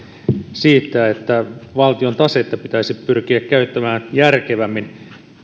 siihen että valtion tasetta pitäisi pyrkiä käyttämään järkevämmin